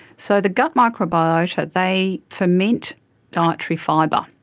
so the gut microbiota, they ferment dietary fibre,